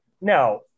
Now